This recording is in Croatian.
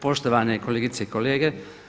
Poštovane kolegice i kolege.